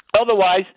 Otherwise